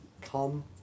come